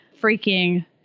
freaking